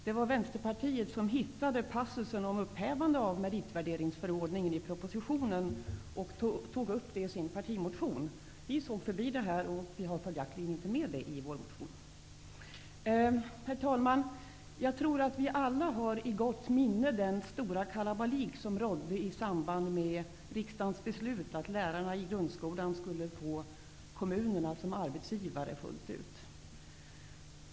Det var Vänsterpartiet som hittade passusen om upphävande av meritvärderingsförordningen i propositionen och tog upp frågan i sin partimotion. Vi förbisåg denna passus och hade följaktligen inte med frågan i vår motion. Herr talman! Jag tror att vi alla har i gott minne den stora kalabalik som rådde i samband med riksdagens beslut att lärarna i grundskolan skulle få kommunerna som arbetsgivare.